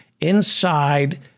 inside